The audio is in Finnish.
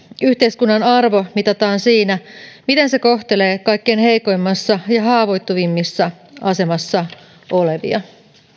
yhteiskunnan arvo mitataan siinä miten se kohtelee kaikkein heikoimmassa ja haavoittuvimmassa asemassa olevia